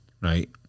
Right